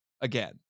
again